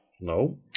No